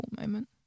moment